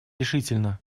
решительно